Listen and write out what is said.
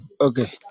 Okay